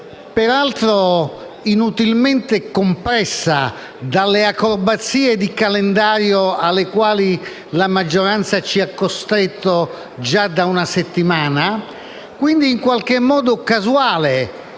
stata inutilmente compressa dalle acrobazie di calendario alle quali la maggioranza ci ha costretto già da una settimana e sia, quindi, in qualche modo casuale.